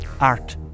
Art